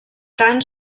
tant